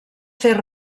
fer